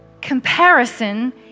Comparison